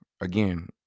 Again